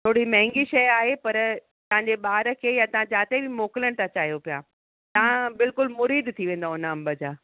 थोरी महांॻी शइ आहे पर तव्हांजे ॿार खे या तव्हां जिते बि मोकलणु था चाहियो पिया तव्हां बिल्कुलु मुरीद थी वेंदव हुन अंब जा